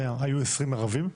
היו עשרים ערבים?